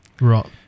Right